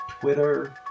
Twitter